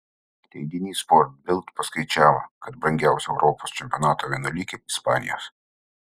leidinys sport bild paskaičiavo kad brangiausia europos čempionato vienuolikė ispanijos